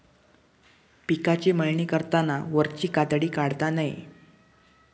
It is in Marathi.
पिकाची मळणी करताना वरची कातडी काढता नये